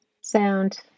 sound